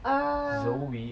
err